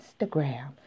Instagram